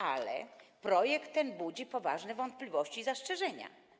Ale projekt ten budzi poważne wątpliwości i zastrzeżenia.